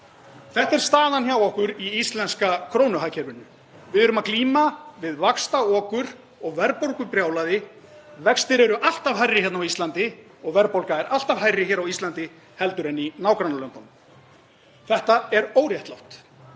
Þetta er staðan hjá okkur í íslenska krónuhagkerfinu. Við erum að glíma við vaxtaokur og verðbólgubrjálæði. Vextir eru alltaf hærri hérna á Íslandi og verðbólga er alltaf hærri hérna á Íslandi heldur en í nágrannalöndunum. Þetta er óréttlátt.